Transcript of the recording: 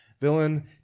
villain